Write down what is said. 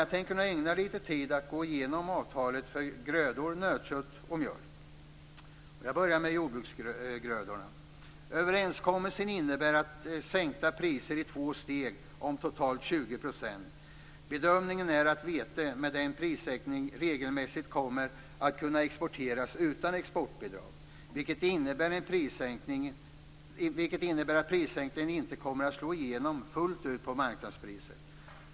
Jag tänker nu ägna lite tid åt att gå igenom avtalet för grödor, nötkött och mjölk. Jag börjar med jordbruksgrödor. Överenskommelsen innebär sänkta priser i två steg om totalt 20 %. Bedömningen är att vete, med denna prissänkning, regelmässigt kommer att kunna exporteras utan exportbidrag, vilket innebär att prissänkningen inte kommer att slå igenom fullt ut på marknadspriset.